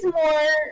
more